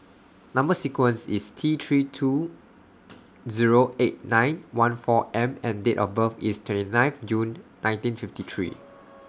Number sequence IS T three two Zero eight nine one four M and Date of birth IS twenty nine June nineteen fifty three